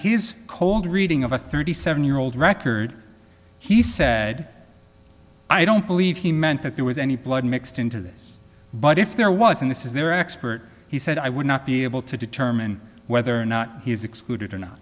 his cold reading of a thirty seven year old record he said i don't believe he meant that there was any blood mixed into this but if there was and this is their expert he said i would not be able to determine whether or not he is excluded or no